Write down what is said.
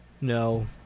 No